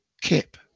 Kip